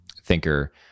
thinker